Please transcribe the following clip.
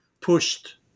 pushed